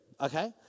Okay